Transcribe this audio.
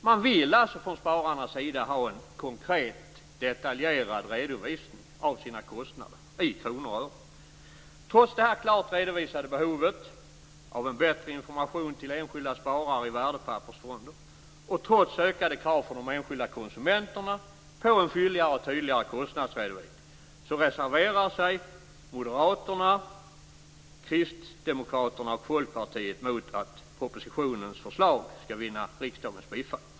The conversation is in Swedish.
Man vill från spararnas sida ha en konkret detaljerad redovisning av sina kostnader i kronor och ören. Trots detta klart redovisade behov av en bättre information till enskilda sparare i värdepappersfonder, och trots ökade krav från de enskilda konsumenterna på en fylligare och tydligare kostnadsredovisning, reserverar sig Moderaterna, Kristdemokraterna och Folkpartiet mot att propositionens förslag skall vinna riksdagens bifall.